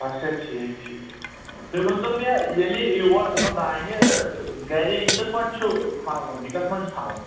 اَچھا ٹھیٖک ٹھیٖک ٹھیٖک تُہۍ ؤنۍتو مےٚ ییٚلہِ یہِ یور اَنو دانہِ گرِ یہِ کٕتھ پٲٹھی چھُ تھاوُن یہِ کَتھ منٛز چھُ تھاوُن